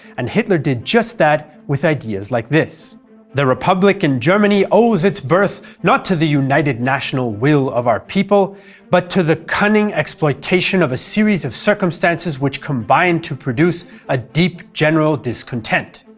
and hitler did just that with ideas like this the republic in germany owes its birth not to the united national will of our people but to the cunning exploitation of a series of circumstances which combined to produce a deep general discontent.